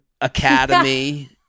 academy